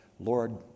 Lord